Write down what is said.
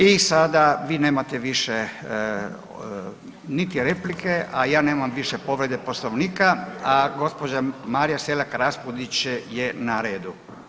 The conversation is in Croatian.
I sada vi nemate više niti replike, a ja nemam više povrede Poslovnika, a gospođa Marija Selak Raspudić je na redu.